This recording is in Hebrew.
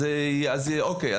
אז אוקיי,